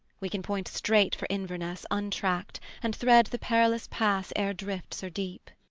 we can point straight for inverness untracked, and thread the perilous pass ere drifts are deep.